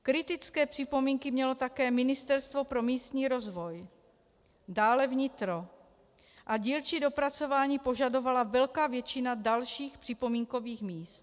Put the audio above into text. Kritické připomínky mělo také Ministerstvo pro místní rozvoj, dále vnitro a dílčí dopracování požadovala velká většina dalších připomínkových míst.